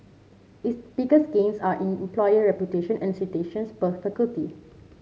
its biggest gains are in employer reputation and citations per faculty